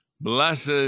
blessed